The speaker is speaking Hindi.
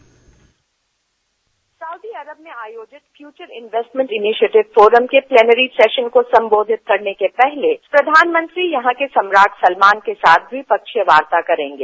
सऊदी अरब में आयोजित फ्यूचर इन्वेस्टमेंट इनिशिएटिव फोरम के प्लेनरी सेशन को संबोधित करने के पहले प्रधानमंत्री यहां के सम्राट सलमान के साथ द्विपक्षीय वार्ता करेंगे